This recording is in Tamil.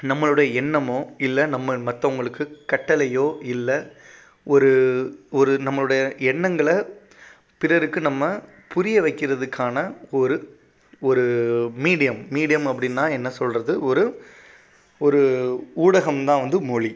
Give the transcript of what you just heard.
நம்மளுடைய எண்ணமோ இல்லை நம்ம மற்றவங்களுக்கு கட்டளையோ இல்லை ஒரு ஒரு நம்மளோடய எண்ணங்களை பிறருக்கு நம்ம புரியவைக்கிறதுக்கான ஒரு ஒரு மீடியம் மீடியம் அப்படின்னா என்ன சொல்கிறது ஒரு ஒரு ஊடகம் தான் வந்து மொழி